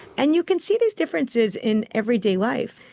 and you can see these differences in everyday life.